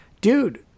dude